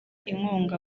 inkunga